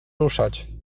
ruszać